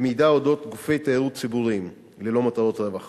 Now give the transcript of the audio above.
ומידע אודות גופי תיירות ציבוריים ללא מטרות רווח